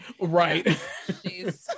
right